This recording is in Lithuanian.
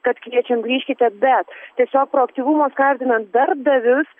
kad kviečiam grįžkite bet tiesiog proaktyvumo skatinant darbdavius